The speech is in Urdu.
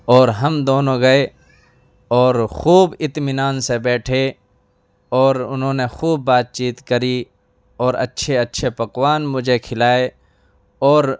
اور ہم دونوں گئے اور خوب اطمینان سے بیٹھے اور انہوں نے خوب بات چیت کری اور اچھے اچھے پکوان مجھے کھلائے اور